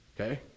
okay